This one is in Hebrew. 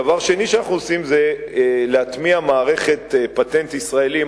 דבר שני שאנחנו עושים זה להטמיע פטנט ישראלי,